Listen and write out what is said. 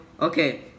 okay